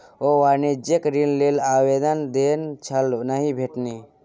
ओ वाणिज्यिक ऋण लेल आवेदन देने छल नहि भेटलनि